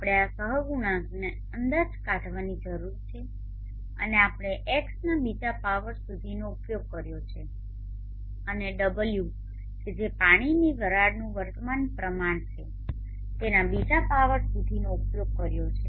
આપણે આ સહગુણાંકનો અંદાજ કાઢવાની જરૂર છે અને આપણે xના બીજા પાવર સુધીનો ઉપયોગ કર્યો છે અને w કે જે પાણીની વરાળનુ વર્તમાન પ્રમાણ છે તેના બીજા પાવર સુધીનો ઉપયોગ કર્યો છે